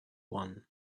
one